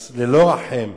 אז ללא רחם,